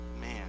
man